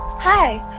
hi,